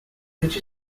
which